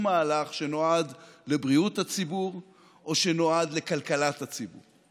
מהלך שנועד לבריאות הציבור או שנועד לכלכלת הציבור.